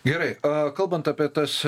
gerai a kalbant apie tas